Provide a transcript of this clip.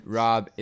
rob